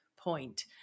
point